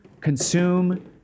consume